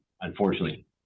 unfortunately